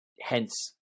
hence